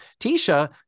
Tisha